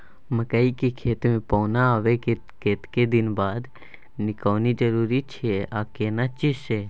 मकई के खेत मे पौना आबय के कतेक दिन बाद निकौनी जरूरी अछि आ केना चीज से?